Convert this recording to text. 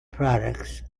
products